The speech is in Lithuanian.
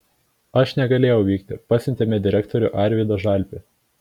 aš negalėjau vykti pasiuntėme direktorių arvydą žalpį